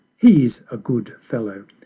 he's a good fellow,